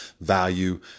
value